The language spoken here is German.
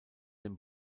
den